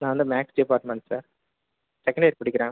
நான் வந்து maths department sir second year படிக்கிறேன்